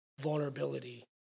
vulnerability